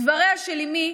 דבריה של אימי